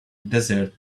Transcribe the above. desert